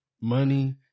money